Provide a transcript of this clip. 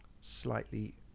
slightly